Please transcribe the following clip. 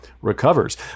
recovers